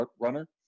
runner